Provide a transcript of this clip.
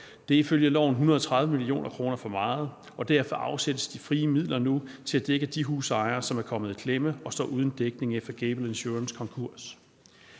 Det er ifølge loven 130 mio. kr. for meget, og derfor afsættes de frie midler nu til at dække de husejere, som er kommet i klemme og står uden dækning efter Gable Insurance's konkurs.